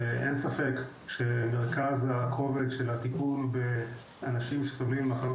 ואין ספק שמרכז הכובד של הטיפול באנשים שסובלים ממחלות